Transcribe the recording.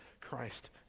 Christ